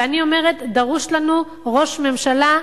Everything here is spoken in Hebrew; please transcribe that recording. ואני אומרת, דרוש לנו ראש ממשלה,